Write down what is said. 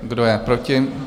Kdo je proti?